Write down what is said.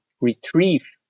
retrieve